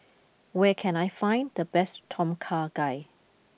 where can I find the best Tom Kha Gai